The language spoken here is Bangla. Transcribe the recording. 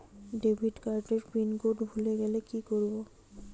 ডেবিটকার্ড এর পিন কোড ভুলে গেলে কি করব?